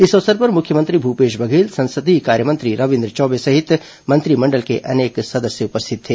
इस अवसर पर मुख्यमंत्री भूपेश बघेल संसदीय कार्य मंत्री रविंद्र चौबे सहित मंत्रिमंडल के अनेक सदस्य उपस्थित थे